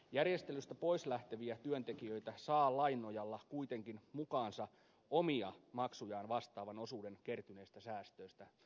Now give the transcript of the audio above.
järjestelystä pois lähtevät työntekijät saavat lain nojalla kuitenkin mukaansa omia maksujaan vastaavan osuuden kertyneistä säästöistä